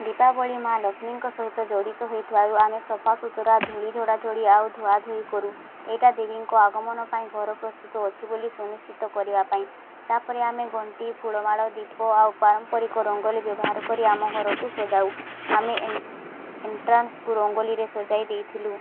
ଦୀପାବଳି ମା ଲକ୍ଷ୍ମୀଙ୍କ ସହିତ ଜଡ଼ିତ ହୋଇଥିବାରୁ ଆମେ ସଫାସୁତୁରା ଧୂଳି ଝଡ଼ାଝଡ଼ି ଆଉ ଧୁଆଧୋଇ କରୁ ଏଇଟା ଦେବୀଙ୍କ ଆଗମନ ପାଇଁ ଘର ପ୍ରସ୍ତୁତ ଅଛି ବୋଲି ସୁନିଶ୍ଚିତ କରିବା ପାଇଁ ତାପରେ ଆମେ ଘଣ୍ଟି ଫୁଲମାଳ ଦୀପ ଆଉ ପାରମ୍ପରିକ ରଙ୍ଗୋଲି ବ୍ୟବହାର କରି ଆମ ଘରକୁ ସଜାଉ ଆମେ ଏ ଏଣ୍ଟ୍ରାନ୍ସଟାକୁ ରଙ୍ଗୋଲିରେ ସଜାଇ ଦେଉଥିଲୁ